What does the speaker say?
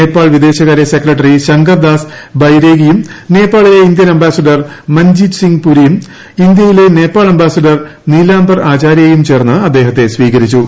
നേപ്പാൾ വിദേശകാര്യ സെക്രട്ടറി ശങ്കർദാസ് ബൈരേഗിയും നേപ്പാളിലെ ഇന്ത്യൻ അംബാസിഡർ മഞ്ജീത് സിംഗ് പുരിയും ഇന്ത്യയിലെ നേപ്പാൾ അംബാസിഡർ നീലാംബർ ആചാര്യയും ചേർന്ന് അദ്ദേഹത്തെ സ്വീകരിച്ചു